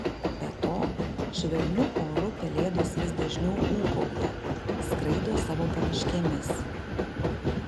be to švelniu oru pelėdos vis dažniau ūkauja skraido savo pamiškėmis